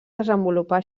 desenvolupar